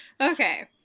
Okay